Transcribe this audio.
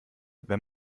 wenn